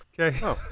Okay